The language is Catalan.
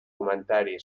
comentari